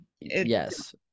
yes